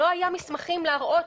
לא היה מסמכים להראות,